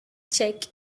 check